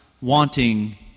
wanting